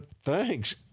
Thanks